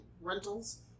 rentals